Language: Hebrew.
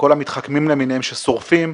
כל המתחכמים למיניהם ששורפים,